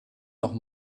noch